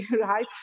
right